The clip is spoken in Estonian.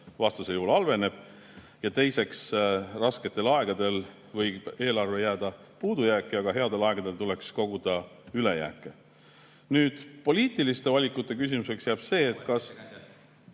vastasel juhul halveneb. Teiseks, rasketel aegadel võib eelarve jääda puudujääki, aga headel aegadel tuleks koguda ülejääke. Poliitiliste valikute küsimuseks jääb see …